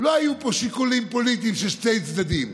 לא היו פה שיקולים פוליטיים של שני צדדים,